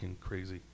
crazy